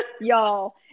Y'all